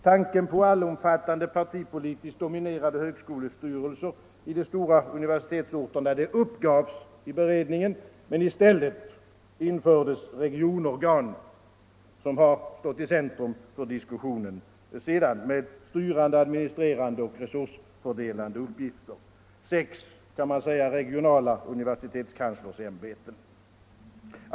Tanken på allomfattande, partipolitiskt dominerade högskolestyrelser i de stora universitetsorterna uppgavs i beredningen, men i stället infördes regionorgan - som har stått i centrum för diskussionen sedan — med styrande, administrerande och resursfördelande uppgifter. Sex regionala universitetskanslersämbeten, kan man säga.